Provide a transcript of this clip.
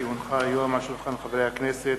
כי הונחה היום על שולחן חברי הכנסת,